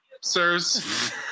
sirs